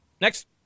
next